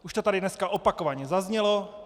Už to tady dneska opakovaně zaznělo.